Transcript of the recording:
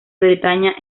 bretaña